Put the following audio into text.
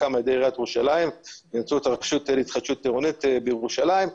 חלקן על ידי עיריית ירושלים באמצעות הרשות להתחדשות עירונית בירושלים,